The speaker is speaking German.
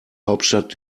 hauptstadt